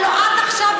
הלוא רק עכשיו,